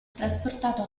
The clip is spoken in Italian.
trasportato